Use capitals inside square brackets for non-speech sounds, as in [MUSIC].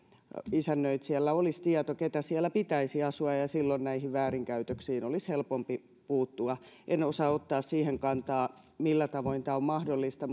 hänellä olisi tieto keitä siellä pitäisi asua ja ja silloin näihin väärinkäytöksiin olisi helpompi puuttua en osaa ottaa siihen kantaa millä tavoin tämä on mahdollista [UNINTELLIGIBLE]